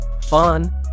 fun